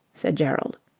said gerald.